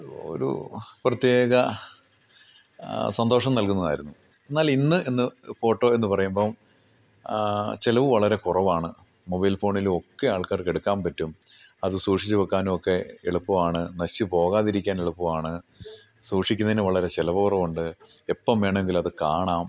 ഒരു പ്രത്യേക സന്തോഷം നൽകുന്നതായിരുന്നു എന്നാൽ ഇന്ന് എന്ന് ഫോട്ടോ എന്ന് പറയുമ്പം ചിലവ് വളരെ കുറവാണ് മൊബൈൽ ഫോണിലു ഒക്കെ ആൾക്കാർക്ക് എടുക്കാൻ പറ്റും അത് സൂക്ഷിച്ചു വെക്കാനും ഒക്കെ എളുപ്പമാണ് നശിച്ച് പോകാതിരിക്കാൻ എളുപ്പമാണ് സൂക്ഷിക്കുന്നതിന് വളരെ ചിലവ് കുറവുണ്ട് എപ്പം വേണം എങ്കിലും അത് കാണാം